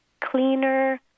cleaner